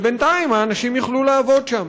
ובינתיים האנשים יוכלו לעבוד שם,